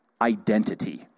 identity